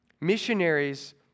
Missionaries